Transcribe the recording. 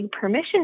permission